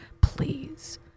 please